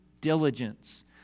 diligence